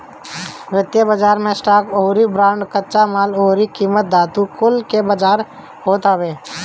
वित्तीय बाजार मे स्टॉक अउरी बांड, कच्चा माल अउरी कीमती धातु कुल के बाजार होत हवे